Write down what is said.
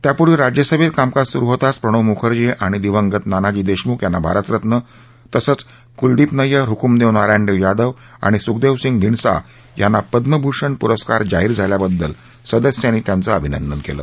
त्यापूर्वी राज्यसभेचं कामकाज सुरु होताच प्रणव मुखर्जी आणि दिवंगत नानाजी देशमुख यांना भारतरत्न तसंच कुलदीप नय्यर हुकूमदेव नारायणदेव यादव आणि सुखदेवसिंग धिंडसा यांना पद्मभूषण पुरस्कार जाहीर झाल्याबद्दल सदस्यांनी त्यांचं अभिनंदन केलं